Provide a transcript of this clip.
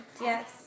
Yes